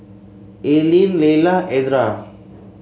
Aylin Layla Edra